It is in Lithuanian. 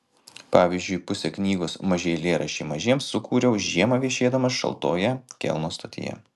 pavyzdžiui pusę knygos maži eilėraščiai mažiems sukūriau žiemą viešėdamas šaltoje kelno stotyje